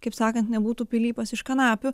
kaip sakan nebūtų pilypas iš kanapių